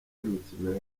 y’imikino